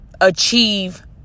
achieve